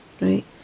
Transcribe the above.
Right